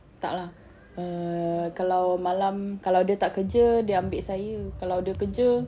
tak lah err kalau malam kalau dia tak kerja dia ambil saya kalau dia kerja